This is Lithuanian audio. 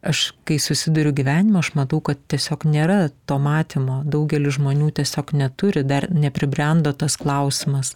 aš kai susiduriu gyvenime aš matau kad tiesiog nėra to matymo daugelis žmonių tiesiog neturi dar nepribrendo tas klausimas